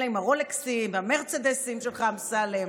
אלה עם הרולקסים והמרצדסים שלך, אמסלם.